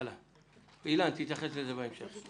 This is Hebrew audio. אילן, תתייחס לזה בהמשך.